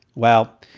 well,